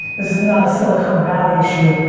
this is not a silicon valley issue.